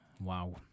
Wow